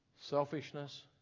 Selfishness